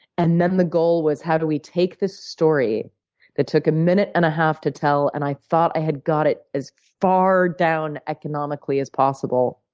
and then the goal was, how do we take this story that took a minute and a half to tell, and i thought i had got it as far down economically as possible,